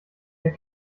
der